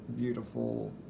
beautiful